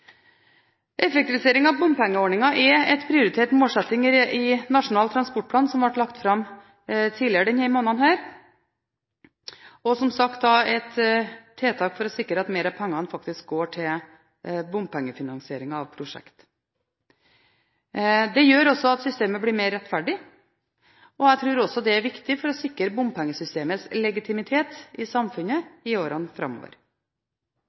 Effektivisering av bompengeordningen er en prioritert målsetting i Nasjonal transportplan, som ble lagt fram tidligere i denne måneden, og er, som sagt, et tiltak for å sikre at mer av pengene faktisk går til bompengefinansieringen av prosjektene. Det gjør også at systemet blir mer rettferdig. Dette tror jeg også er viktig for å sikre bompengesystemets legitimitet i samfunnet i årene framover.